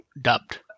dubbed